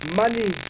money